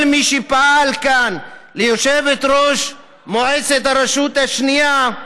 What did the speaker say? מי שפעל כאן: ליושבת-ראש מועצת הרשות השנייה,